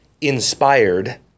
inspired